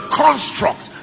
construct